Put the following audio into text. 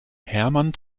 herrmann